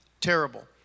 terrible